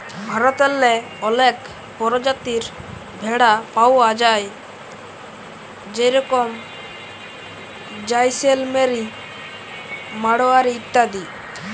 ভারতেল্লে অলেক পরজাতির ভেড়া পাউয়া যায় যেরকম জাইসেলমেরি, মাড়োয়ারি ইত্যাদি